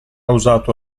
usato